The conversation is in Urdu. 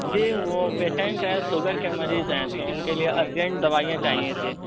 جی وہ پیشنٹ ہیں سوگر کے مریض ہیں تو ان کے لیے ارجینٹ دوائیاں چاہیے تھیں